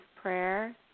prayer